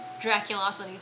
Draculosity